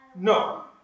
no